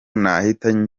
nahita